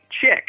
chick